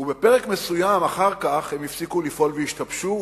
ובפרק מסוים אחר כך הם הפסיקו לפעול והשתבשו,